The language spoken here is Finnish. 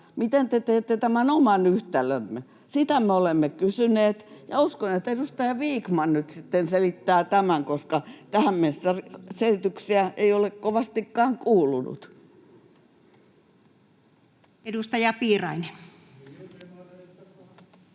Miten te teette tämän oman yhtälönne? Sitä me olemme kysyneet, ja uskon, että edustaja Vikman nyt sitten selittää tämän, koska tähän mennessä selityksiä ei ole kovastikaan kuulunut. [Speech